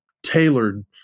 Tailored